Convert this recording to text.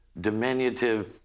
diminutive